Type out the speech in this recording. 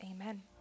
Amen